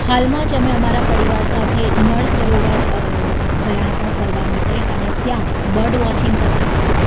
હાલમાં જ અમે અમારા પરિવાર સાથે નળ સરોવર ગયા હતા ફરવા માટે અને ત્યાં બડ વોચિંગ કરતા હતા